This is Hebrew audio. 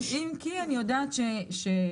אם כי אני יודעת שהחברות